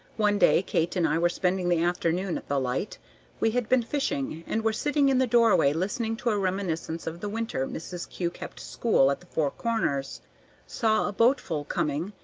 one day kate and i were spending the afternoon at the light we had been fishing, and were sitting in the doorway listening to a reminiscence of the winter mrs. kew kept school at the four corners saw a boatful coming,